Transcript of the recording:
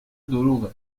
دروغه